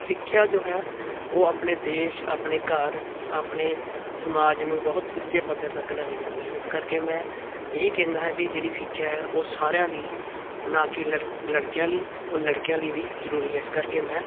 ਸਿੱਖਿਆ ਜੋ ਹੈ ਉਹ ਆਪਣੇ ਦੇਸ਼ ਆਪਣੇ ਘਰ ਆਪਣੇ ਸਮਾਜ ਨੂੰ ਬਹੁਤ ਉੱਚੇ ਪੱਧਰ ਤੱਕ ਲੈ ਕੇ ਜਾਂਦੀਆਂ ਨੇ ਇਸ ਕਰਕੇ ਮੈਂ ਇਹੀ ਕਹਿੰਦਾ ਹੈ ਵੀ ਜਿਹੜੀ ਸਿੱਖਿਆ ਉਹ ਸਾਰਿਆਂ ਲਈ ਨਾ ਕਿ ਲੜ ਲੜਕਿਆਂ ਲਈ ਉਹ ਲੜਕੀਆਂ ਲਈ ਵੀ ਜ਼ਰੂਰੀ ਹੈ ਇਸ ਕਰਕੇ ਮੈਂ